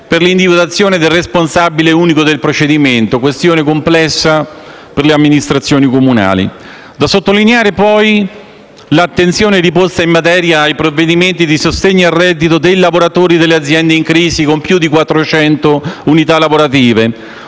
per l'individuazione del responsabile unico del procedimento (questione complessa per le amministrazioni comunali). Da sottolineare è, poi, l'attenzione riposta in materia ai provvedimenti di sostegno al reddito dei lavoratori delle aziende in crisi con più di 400 unità lavorative,